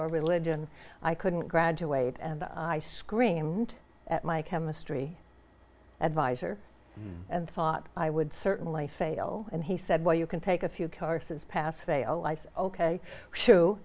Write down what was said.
or religion i couldn't graduate and i screamed at my chemistry adviser and thought i would certainly fail and he said well you can take a few courses pass fail life ok